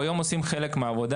היום אנחנו עושים חלק מהעבודה,